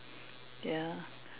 ya